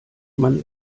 man